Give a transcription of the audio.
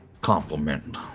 Compliment